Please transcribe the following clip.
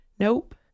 Nope